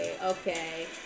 Okay